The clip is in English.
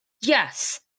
Yes